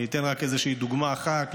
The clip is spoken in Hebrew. אני אתן רק איזושהי דוגמה אחת.